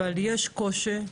אבל יש קושי,